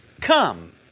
come